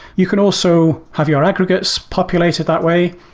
you can also have you aggregates populated that way.